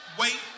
wait